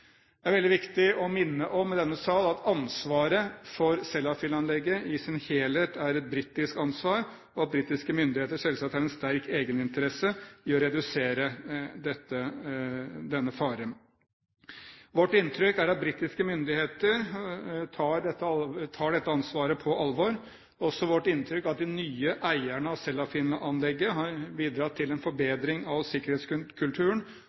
Det er veldig viktig i denne sal å minne om at ansvaret for Sellafield-anlegget i sin helhet er et britisk ansvar, og at britiske myndigheter selvsagt har en sterk egeninteresse i å redusere denne faren. Vårt inntrykk er at britiske myndigheter tar dette ansvaret på alvor. Det er også vårt inntrykk at de nye eierne av Sellafield-anlegget har bidratt til en